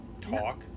talk